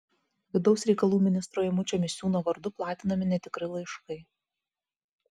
vidaus reikalų ministro eimučio misiūno vardu platinami netikri laiškai